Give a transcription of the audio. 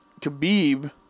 Khabib